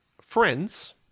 friends